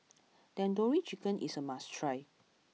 Tandoori Chicken is a must try